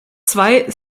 zwei